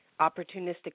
Opportunistic